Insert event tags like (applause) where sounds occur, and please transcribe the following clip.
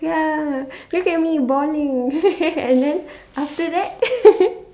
ya look at me balling (laughs) and then after that (laughs)